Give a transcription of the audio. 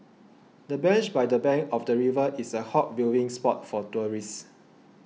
the bench by the bank of the river is a hot viewing spot for tourists